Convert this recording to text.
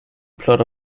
plot